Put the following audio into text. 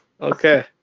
okay